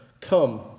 come